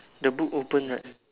the book open right